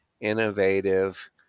innovative